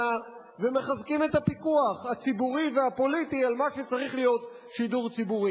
ומחזקים את הפיקוח הציבורי והפוליטי על מה שצריך להיות שידור ציבורי.